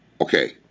Okay